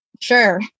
Sure